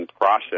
process